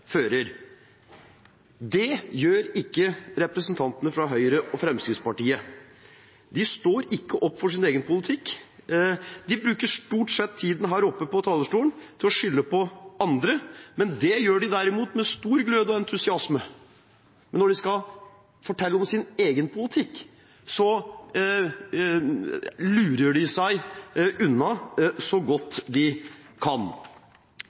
fører? Det gjør ikke representantene fra Høyre og Fremskrittspartiet. De står ikke opp for sin egen politikk. De bruker stort sett tiden her oppe på talerstolen til å skylde på andre, og det gjør de derimot med stor glød og entusiasme. Men når de skal fortelle om sin egen politikk, lurer de seg unna så godt de kan.